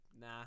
nah